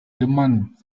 demandes